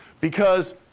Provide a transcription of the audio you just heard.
because,